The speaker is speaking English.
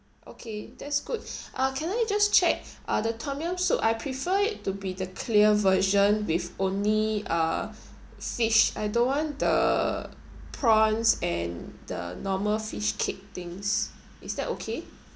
okay that's good uh can I just check uh the tom yum soup I prefer it to be the clear version with only uh fish I don't want the prawns and the normal fish cake things is that okay